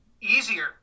easier